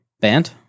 band